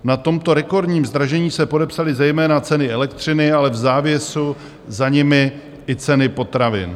Na tomto rekordním zdražení se podepsaly zejména ceny elektřiny, ale v závěru za nimi i ceny potravin.